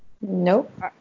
Nope